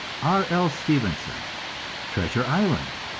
r. l. stevenson treasure island,